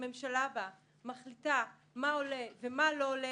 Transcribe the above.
הממשלה בה מחליטה מה עולה ומה לא עולה